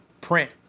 print